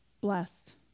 Blessed